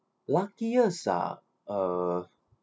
luckiest ah uh